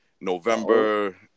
November